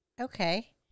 Okay